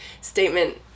statement